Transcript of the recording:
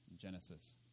Genesis